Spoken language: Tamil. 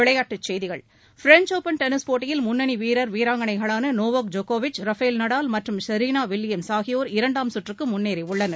விளையாட்டுச் செய்திகள் பிரஞ்ச் ஓப்பன் டென்னிஸ் போட்டியில் முன்னணி வீரர் வீராங்கனைகளான நோவோக் ஜோகோவிச் ரஃபேல் நடால் மற்றும் ஷெரினா வில்லியம்ஸ் ஆகியோர் இரண்டாம் சுற்றுக்கு முன்னேறியுள்ளனர்